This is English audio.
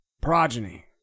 progeny